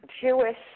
Jewish